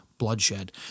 bloodshed